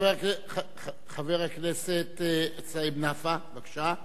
חבר הכנסת סעיד נפאע, בבקשה.